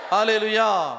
Hallelujah